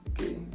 Okay